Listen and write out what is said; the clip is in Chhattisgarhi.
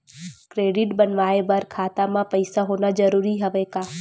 क्रेडिट बनवाय बर खाता म पईसा होना जरूरी हवय का?